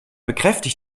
bekräftigt